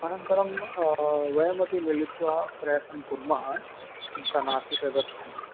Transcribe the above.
अनन्तरं वयमपि मिलित्वा प्रयत्नं कुर्मः चिन्ता नास्ति तदर्थं